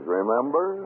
remember